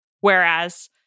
whereas